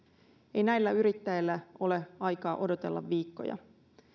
ei näillä yrittäjillä ole aikaa odotella viikkoja